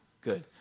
good